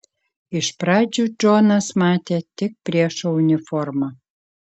iš pradžių džonas matė tik priešo uniformą